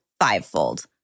fivefold